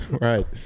Right